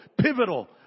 pivotal